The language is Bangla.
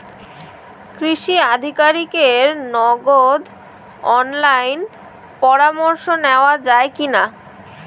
কৃষি আধিকারিকের নগদ অনলাইন পরামর্শ নেওয়া যায় কি না?